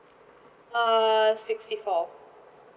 err sixty four